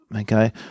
Okay